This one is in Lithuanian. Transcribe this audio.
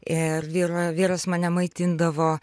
ir vyro vyras mane maitindavo